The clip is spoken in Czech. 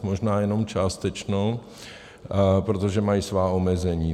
Možná jenom částečnou, protože mají svá omezení.